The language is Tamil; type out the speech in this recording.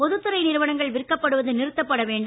பொதுத் துறை நிறுவனங்கள் விற்கப்படுவது நிறுத்தப்பட வேண்டும்